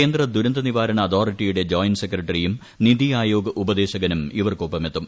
കേന്ദ്ര ദുരന്ത നിവാരണ അതോറിറ്റിയുടെ ജോയിന്റ് സെക്രട്ടറിയും നിതി ആയോഗ് ഉപദേശകനും ഇവർക്കൊപ്പം എത്തും